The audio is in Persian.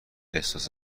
احساس